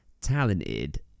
talented